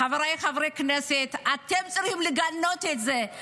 חבריי חברי הכנסת, שאתם צריכים לגנות את זה.